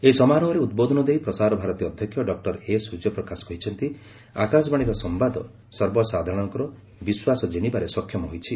ଏହି ସମାରୋହରେ ଉଦ୍ବୋଧନ ଦେଇ ପ୍ରସାରଭାରତୀ ଅଧ୍ୟକ୍ଷ ଡକ୍ଟର ଏ ସୂର୍ଯ୍ୟପ୍ରକାଶ କହିଛନ୍ତି ଆକାଶବାଣୀର ସମ୍ଭାଦ ସର୍ବସାଧାରଣଙ୍କର ବିଶ୍ୱାସ କିଣିବାରେ ସକ୍ଷମ ହୋଇଛି